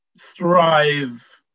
thrive